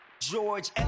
George